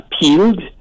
appealed